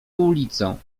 ulicą